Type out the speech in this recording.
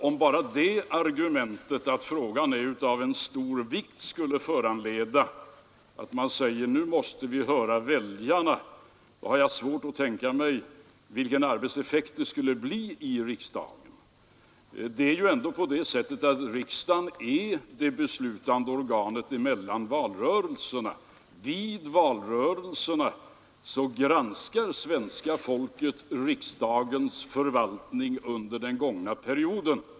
Om bara det argumentet att frågan är av stor vikt skulle föranleda att man säger, att nu måste vi höra väljarna, har jag svårt att tänka mig vilken arbetseffekt vi skulle få i riksdagen. Det är ändå på det sättet att riksdagen är det beslutande organet mellan valrörelserna. Vid valrörelserna granskar svenska folket riksdagens förvaltning under den gångna perioden.